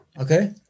Okay